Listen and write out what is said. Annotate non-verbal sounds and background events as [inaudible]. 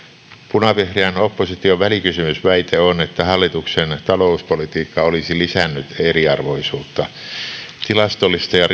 punavihreän opposition välikysymysväite on että hallituksen talouspolitiikka olisi lisännyt eriarvoisuutta tilastollista ja [unintelligible]